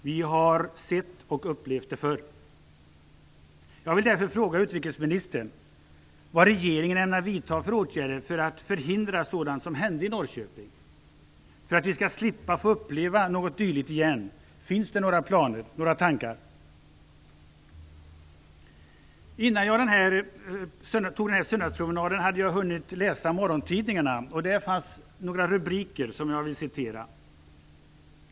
Vi har sett och upplevt det förr. Innan jag tog den där söndagspromenaden hade jag hunnit läsa morgontidningarna. Där fanns några rubriker som jag vill citera.